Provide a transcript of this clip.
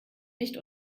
nicht